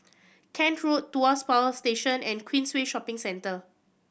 Kent Road Tuas Power Station and Queensway Shopping Centre